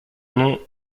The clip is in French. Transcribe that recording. nom